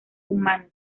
humana